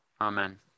Amen